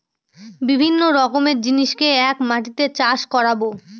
বিভিন্ন রকমের জিনিসকে এক মাটিতে চাষ করাবো